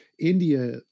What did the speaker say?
India